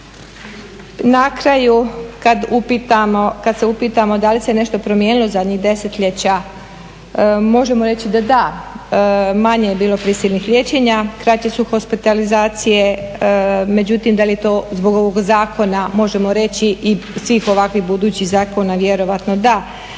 Na kraju kada se upitamo da li se nešto promijenilo zadnjih desetljeća možemo reći da da, manje je bilo prisilnih liječenja, kraće su hospitalizacije. Međutim, da li je to zbog ovog zakona možemo reći i svih ovakvih budućih zakona, vjerojatno da.